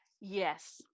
Yes